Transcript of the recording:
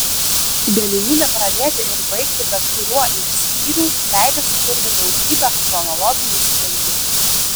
galimybė pradėti ir baigti bet kuriuo iš skyrių leidžia sukurti daugybę chronologinių sprendimų